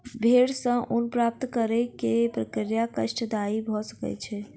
भेड़ सॅ ऊन प्राप्त करै के प्रक्रिया कष्टदायी भ सकै छै